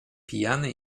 pijany